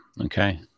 Okay